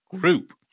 group